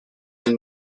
and